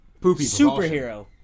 superhero